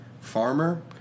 Farmer